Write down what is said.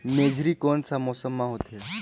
मेझरी कोन सा मौसम मां होथे?